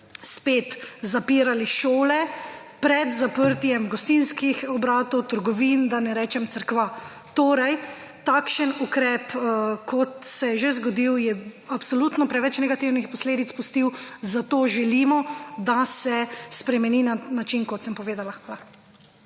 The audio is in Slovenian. spet zapirali šole pred zaprtjem gostinskih obratov, trgovin, da ne rečem cerkva. Torej takšen ukrep kot se je že zgodil, je absolutno preveč negativnih posledic pustil, zato želimo, da se spremeni na način kot sem povedala.